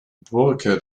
burke